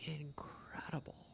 incredible